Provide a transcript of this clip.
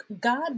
God